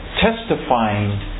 Testifying